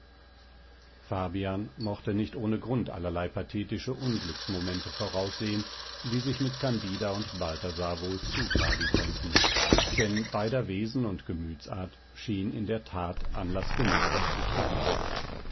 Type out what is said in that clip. fabian mochte nicht ohne grund allerlei pathetische unglücksmomente voraussehen die sich mit candida und balthasar wohl zutragen konnten denn beider wesen und gemütsart schien in der tat anlaß genug dazu zu geben